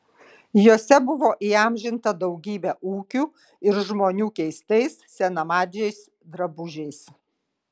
jose buvo įamžinta daugybė ūkių ir žmonių keistais senamadžiais drabužiais